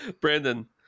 brandon